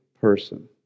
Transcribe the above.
person